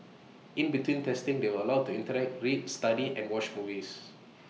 in between testing they were allowed to interact read study and watch movies